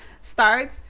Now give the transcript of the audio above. Start